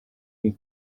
and